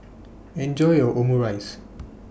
Enjoy your Omurice